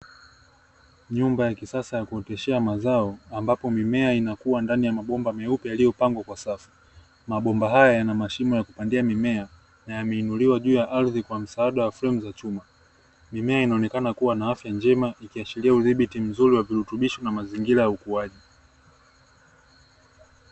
Nyumba ya kisasa yakugeshea mazao ambapo mimea inakua ndani ya mabomba meupe yaliyopangwa kwa usawa. Mabomba hayo yana mashimo yakupandia mimea yameinuliwa juu ya ardhi kwa msaada wa fremu za chuma. mimea inaonekana kuwa yenye afya njema ikiashiria udhibiti mzuri wa virutubisho na mazingira ya ukuaji.